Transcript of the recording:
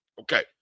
Okay